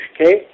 okay